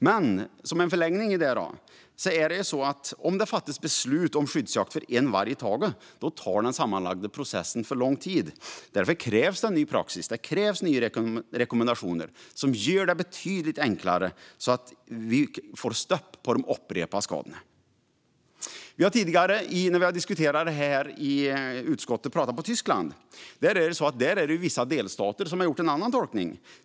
Men som en förlängning av det är det så att om det fattas beslut om skyddsjakt för en varg i taget, då tar den sammanlagda processen för lång tid. Därför krävs en ny praxis och nya rekommendationer som gör det betydligt enklare så att vi får stopp på de upprepade skadorna. När vi tidigare diskuterat det här i utskottet har vi pratat om Tyskland. Där har vissa delstater gjort en annan tolkning.